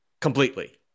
completely